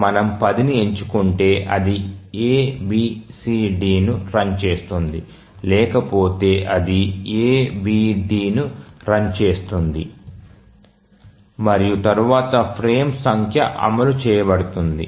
మనము 10ని ఎంచుకుంటే అది A B C Dను రన్ చేస్తుంది లేకపోతే అది A B D ను రన్ చేస్తోంది మరియు తరువాత ఫ్రేమ్ సంఖ్య అమలు చేయబడుతుంది